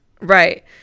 Right